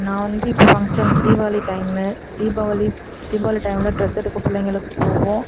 நான் வந்து இப்போ ஃபங்க்ஷன் தீபாவளி டைம் தீபாவளி தீபாவளி டைமில் ட்ரெஸ் எடுக்க பிள்ளைங்களுக்குப் போவோம்